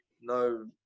no